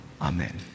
Amen